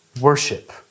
worship